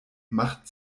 macht